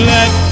Let